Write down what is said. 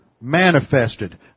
Manifested